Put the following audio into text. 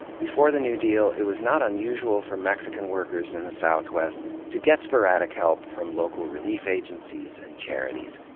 before the new deal, it was not unusual for mexican workers in the southwest to get sporadic help from local relief agencies and charities,